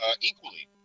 equally